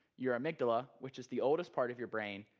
your amygdala, which is the oldest part of your brain,